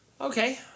Okay